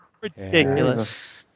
Ridiculous